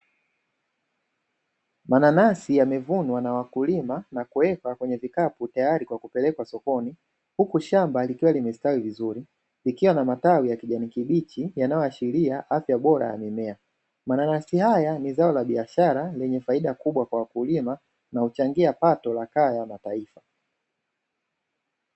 Mananasi yamevunwa na wakulima na kuwekwa kwenye vikapu tayari kwa kupelekwa sokoni, huku shamba likiwa limestawi vizuri, likiwa na matawi ya kijani kibichi yanayoashiria afya bora ya mimea. Mananasi haya ni zao la biashara lenye faida kubwa kwa wakulima na huchangia pato la kaya na mataifa.